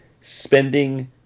spending